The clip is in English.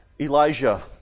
Elijah